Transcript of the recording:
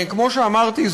כמו שאמרתי,